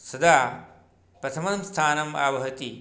सदा प्रथमं स्थानम् आवहति